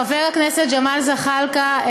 חבר הכנסת ג'מאל זחאלקה,